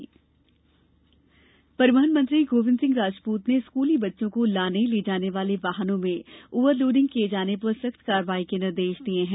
school वाहन निर्देश परिवहन मंत्री गोविंद सिंह राजपूत ने स्कूली बच्चों को लाने ले जाने वाले वाहनों में ओवर लोडिंग किये जाने पर सख्त कार्यवाई के निर्देश दिये हैं